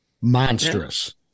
monstrous